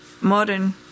modern